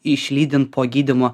išlydint po gydymo